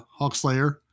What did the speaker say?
Hawkslayer